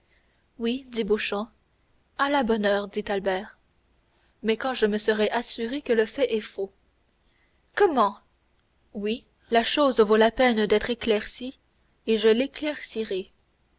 dit beauchamp à la bonne heure dit albert mais quand je me serai assuré que le fait est faux comment oui la chose vaut la peine d'être éclaircie et je l'éclaircirai